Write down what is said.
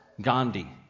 Gandhi